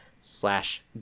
slash